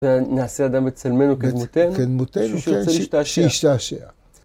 ונעשה אדם בצלמנו כדמותנו? כדמותנו, כן, שישתעשע.